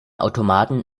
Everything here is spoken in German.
automaten